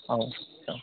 औ औ